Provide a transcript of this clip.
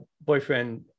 boyfriend